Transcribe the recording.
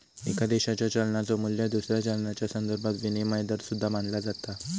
एका देशाच्यो चलनाचो मू्ल्य दुसऱ्या चलनाच्यो संदर्भात विनिमय दर सुद्धा मानला जाता